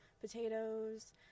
potatoes